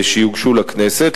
שיוגשו לכנסת,